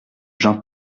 jean